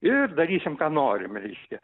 ir darysim ką norim reiškia